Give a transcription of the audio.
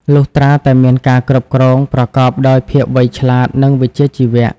លុះត្រាតែមានការគ្រប់គ្រងប្រកបដោយភាពវៃឆ្លាត និងវិជ្ជាជីវៈ។